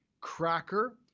Cracker